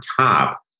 top